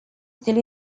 still